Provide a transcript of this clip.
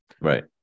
Right